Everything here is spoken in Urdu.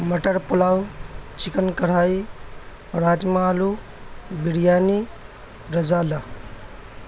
مٹر پلاؤ چکن کڑھائی راجما آلو بریانی رزالہ